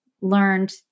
learned